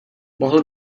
mohl